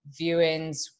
viewings